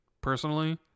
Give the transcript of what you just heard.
personally